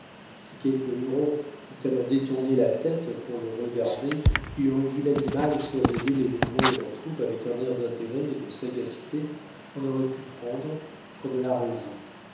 si quelque huron eût alors détourné la tête pour le regarder il aurait vu l'animal surveiller les mouvements de la troupe avec un air d'intérêt et de sagacité qu'on aurait pu prendre pour de la raison